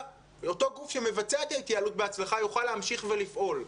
גוף שמבצע את ההתייעלות בהצלחה יוכל להמשיך ולפעול.